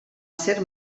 ser